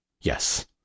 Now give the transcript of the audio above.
Yes